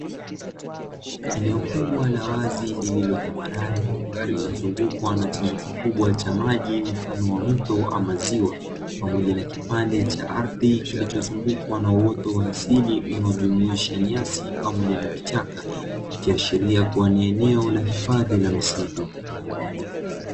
Eneo kubwa la wazi lililo tambarare, lililozungukwa na chanzo kikubwa cha maji mfano wa mto ama ziwa, pamoja na kipande cha ardhi kilichozungukwa na uoto wa asili unaojumuisha nyasi pamoja na vichaka, ikiashiria kuwa ni eneo la hifadhi la misitu.